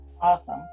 Awesome